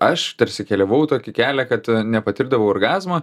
aš tarsi keliavau tokį kelią kad nepatirdavau orgazmo